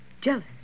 Jealous